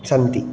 सन्ति